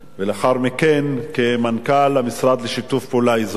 ולאחר מכן כמנכ"ל המשרד לשיתוף פעולה אזורי.